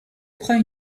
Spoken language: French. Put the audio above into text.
prend